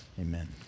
Amen